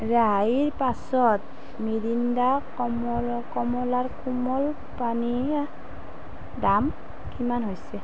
ৰেহাইৰ পাছত মিৰিণ্ডা কমলঅ কমলাৰ কোমল পানীয়ৰ দাম কিমান হৈছে